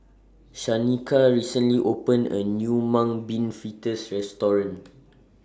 Shanika recently opened A New Mung Bean Fritters Restaurant